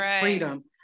freedom